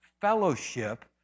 fellowship